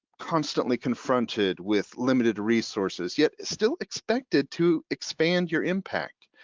constantly confronted with limited resources yet still expected to expand your impact.